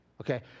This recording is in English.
Okay